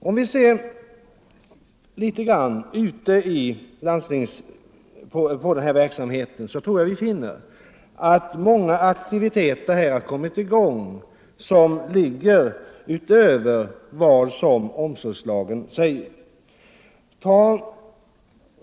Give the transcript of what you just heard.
Om vi ser litet grand på den här verksamheten, tror jag vi finner att många aktiviteter har kommit i gång utöver vad omsorgslagen föreskriver.